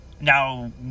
Now